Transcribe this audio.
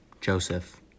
Joseph